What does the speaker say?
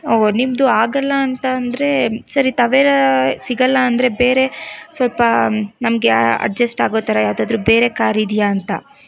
ಓ ನಿಮ್ಮದು ಆಗಲ್ಲ ಅಂತಂದ್ರೆ ಸರಿ ತವೆರಾ ಸಿಗಲ್ಲ ಅಂದರೆ ಬೇರೆ ಸ್ವಲ್ಪ ನಮಗೆ ಅಜ್ಜಸ್ಟ್ ಆಗೋ ಥರ ಯಾವುದಾದ್ರು ಬೇರೆ ಕಾರ್ ಇದೆಯಾ ಅಂತ